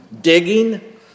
digging